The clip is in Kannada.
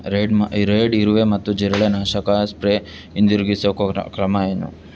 ರೇಡ್ ಮಾ ಈ ರೇಡ್ ಇರುವೆ ಮತ್ತು ಜಿರಳೆ ನಾಶಕ ಸ್ಪ್ರೇ ಹಿಂದಿರುಗಿಸೊ ಕೊನೆ ಕ್ರಮ ಏನು